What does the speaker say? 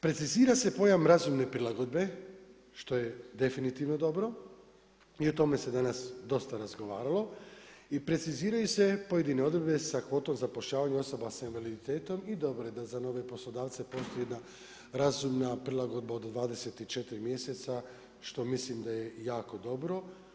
Precizira se pojam razumne prilagodbe što je definitivno dobro i o tome se danas dosta razgovaralo i preciziraju se pojedine odredbe sa kvotom zapošljavanja osoba sa invaliditetom i dobro je da za nove poslodavce postoji jedna razumna prilagodba od 24 mjeseca što mislim da je jako dobro.